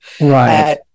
right